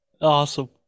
Awesome